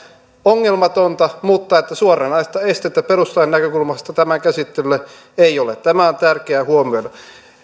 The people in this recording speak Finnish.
ongelmatonta mutta suoranaista estettä perustuslain näkökulmasta tämän käsittelylle ei ole tämä on tärkeää huomioida